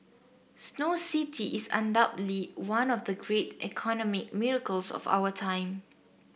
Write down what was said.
Snow City is undoubtedly one of the great economic miracles of our time